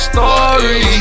Story